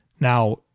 Now